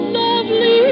lovely